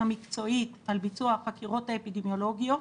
המקצועית על ביצוע החקירות האפידמיולוגיות,